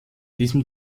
diesem